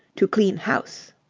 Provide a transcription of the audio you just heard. to clean house.